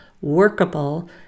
workable